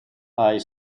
eye